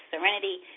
serenity